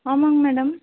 ஆமாங்க மேடம்